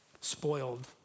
spoiled